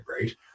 right